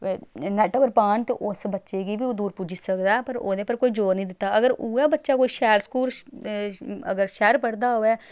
net उप्पर पान ते उस बच्चे गी बी ओह् दूर पुज्जी सकदा ऐ पर ओह्दे पर कोई जोर निं दित्ता अगर उ'ऐ बच्चा कोई शैल स्कूल अगर शैह्र पढ़दा होऐ